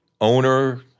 owner